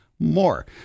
More